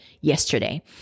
yesterday